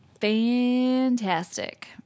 Fantastic